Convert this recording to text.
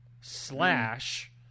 Slash